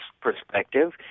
perspective